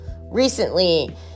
recently